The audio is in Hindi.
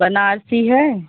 बनारसी है